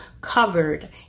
covered